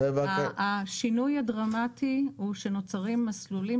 השינוי הדרמטי הוא שנוצרים מסלולים